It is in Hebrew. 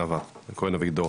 נאוה כהן אביגדור.